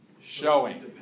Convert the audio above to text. Showing